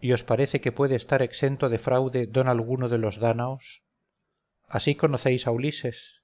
y os parece que puede estar exento de fraude don alguno de los dánaos así conocéis a ulises